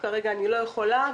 כרגע אני לא יכולה,